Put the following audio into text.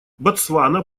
ботсвана